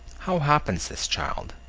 how happens this, child?